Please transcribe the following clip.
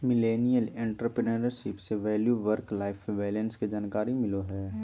millennial entrepreneurship से value work life balance के जानकारी मिलो हय